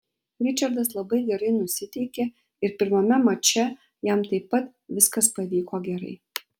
ričardas labai gerai nusiteikė ir pirmame mače jam taip pat viskas pavyko gerai